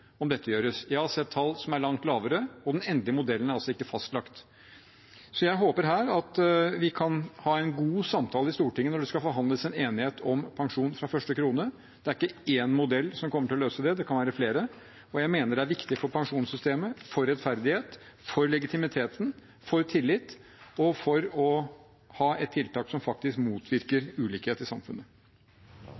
om dette gjøres. Jeg har sett tall som er langt lavere, og den endelige modellen er altså ikke fastlagt. Jeg håper at vi kan ha en god samtale i Stortinget når det skal forhandles en enighet om pensjon fra første krone. Det er ikke én modell som kommer til å løse det, det kan være flere. Jeg mener det er viktig for pensjonssystemet, for rettferdighet, for legitimitet, for tillit og for å ha et tiltak som faktisk motvirker